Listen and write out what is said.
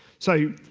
so,